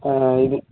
ഇത്